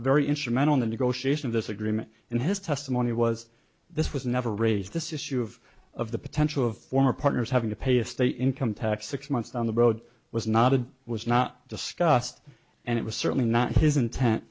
very instrumental in the negotiation of this agreement and his testimony was this was never raised this issue of of the potential of former partners having to pay a state income tax six months down the road was not a was not discussed and it was certainly not his intent